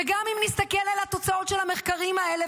וגם אם נסתכל על התוצאות של המחקרים האלה